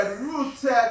rooted